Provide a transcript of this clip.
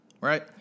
right